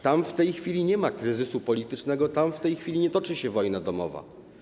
Tam w tej chwili nie ma kryzysu politycznego, tam w tej chwili nie toczy się wojna domowa.